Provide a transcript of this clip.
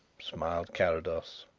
smiled carrados.